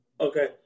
Okay